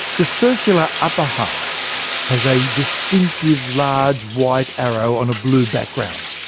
the circular upper half has a distinctive large white arrow on a blue background.